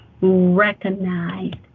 recognized